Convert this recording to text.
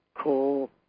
Cool